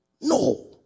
No